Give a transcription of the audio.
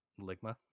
ligma